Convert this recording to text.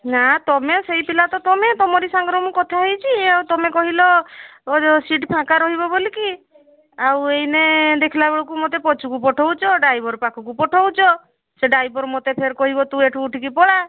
ନା ତୁମେ ସେଇ ପିଲା ତ ତୁମେ ତୁମରି ସାଙ୍ଗରେ ମୁଁ କଥା ହେଇଛି ତୁମେ କହିଲ ସିଟ୍ ଫାଙ୍କା ରହିବ ବୋଲି କି ଆଉ ଏଇନେ ଦେଖିଲା ବେଳକୁ ମୋତେ ପଛକୁ ପଠଉଛ ଡ୍ରାଇଭର ପାଖକୁ ପଠଉଛ ସେ ଡ୍ରାଇଭର ମୋତେ ଫେରେ କହିବ ଏଇଠୁ ଉଠିକି ପଳା